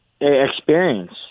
experience